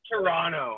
Toronto